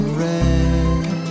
red